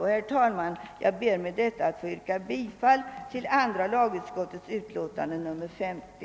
Herr talman! Jag ber med detta att få yrka bifall till andra lagutskottets hemställan i dess utlåtande nr 50.